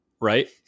right